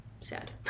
sad